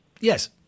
yes